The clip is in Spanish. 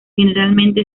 generalmente